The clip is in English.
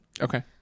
Okay